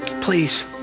please